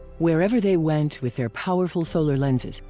wherever they went with their powerful solar lenses,